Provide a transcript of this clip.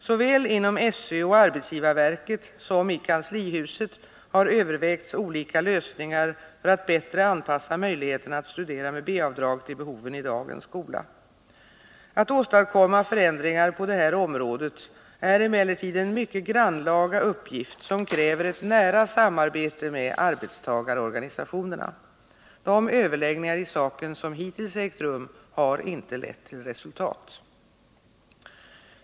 Såväl inom SÖ och arbetsgivarverket som i kanslihuset har övervägts olika lösningar för att bättre anpassa möjligheterna att studera med B-avdrag till behoven i dagens skola. Att åstadkomma förändringar på detta område är emellertid en mycket grannlaga uppgift som kräver ett nära samarbete med arbetstagarorganisationerna. De överläggningar i saken som hittills ägt rum har inte lett till resultat.